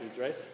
right